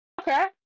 Okay